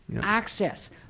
Access